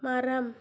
மரம்